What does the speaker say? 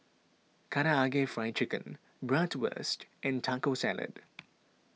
Karaage Fried Chicken Bratwurst and Taco Salad